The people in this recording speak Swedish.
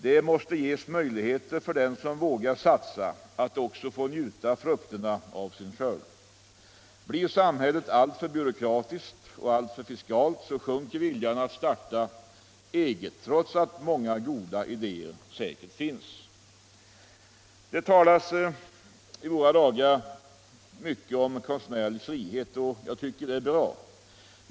Det måste ges möjligheter för den som vågar satsa att också få njuta frukterna av sin skörd. Blir samhället alltför byråkratiskt och alltför fiskalt så sjunker viljan att starta eget trots att många goda idéer säkert finns. Det talas i våra dagar mycket om konstnärlig frihet och jag tycker att det är bra.